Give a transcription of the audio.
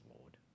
Lord